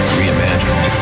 reimagined